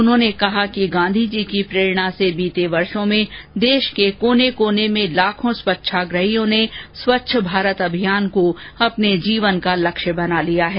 उन्होंने कहा कि गांधीजी की प्रेरणा से बीते वर्षों में देश के कोने कोने में लाखों स्वच्छाग्रहियों ने स्वच्छ भारत अभियान को अपने जीवन का लक्ष्य बना लिया है